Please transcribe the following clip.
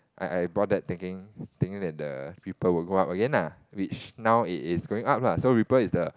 I I bought that thinking thinking that the Ripple will go up again lah which now it is going up lah so Ripple is the